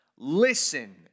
Listen